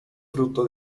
fruto